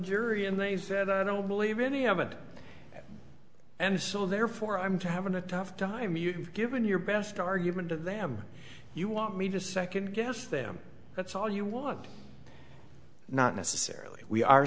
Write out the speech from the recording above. jury and they don't believe any of it and so therefore i'm having a tough time you've given your best argument to them you want me to second guess them that's all you want not necessarily we are